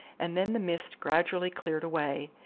and then the mist gradually cleared away,